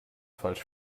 falsch